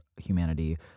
humanity